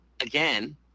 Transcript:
Again